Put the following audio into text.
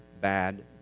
bad